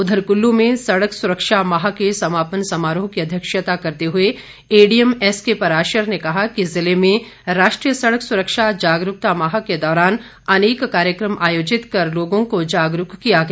उधर कुल्लू में सड़क सुरक्षा माह के समापन समारोह की अध्यक्षता करते हुए एडीएम एस के पराशर ने कहा कि जिले में राष्ट्रीय सड़क सुरक्षा जागरूकता माह के दौरान अनेक कार्यक्रम आयोजित कर लोगों को जागरूक किया गया